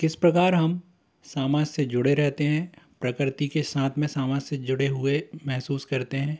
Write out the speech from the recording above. किस प्रकार हम सामाज से जुड़े रहते हैं प्रकृति के साथ में सामाज से जुड़े हुए महसूस करते हैं